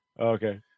okay